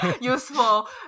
Useful